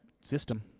system